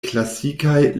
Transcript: klasikaj